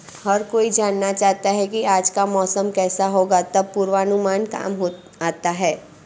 हर कोई जानना चाहता है की आज का मौसम केसा होगा तब पूर्वानुमान काम आता है